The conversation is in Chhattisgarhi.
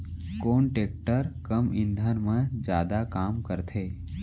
कोन टेकटर कम ईंधन मा जादा काम करथे?